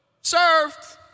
Served